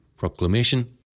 Proclamation